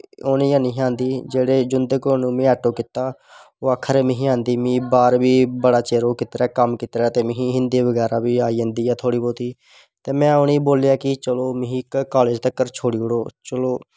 उनें नी ही आंह्दी जिदा में ऑटो कीता ओह् आक्खा दे मिगी आंदी में बाह्र बी बड़ा चिर ओह् कीते दा कम्म कीते दा ते मिगी हिन्दी बगैरा बी आई जंदी ऐ थोह्ड़ी बौह्ती ते में उनें बोल्लेआ कि चलो मिगी कालेज तक छोड़ी ओड़ो चलो